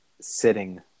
sitting